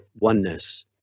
oneness